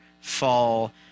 fall